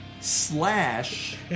slash